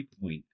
point